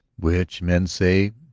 which, men say,